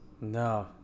No